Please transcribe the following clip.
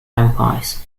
vampires